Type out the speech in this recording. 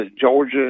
Georgia